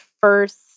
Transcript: first